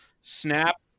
Snap